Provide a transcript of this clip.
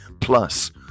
plus